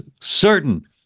certain